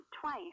twice